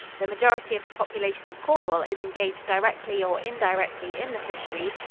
the majority of the population of cornwall is engaged directly or indirectly in the fisheries,